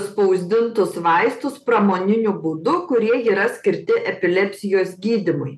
spausdintus vaistus pramoniniu būdu kurie yra skirti epilepsijos gydymui